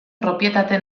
propietate